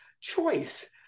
choice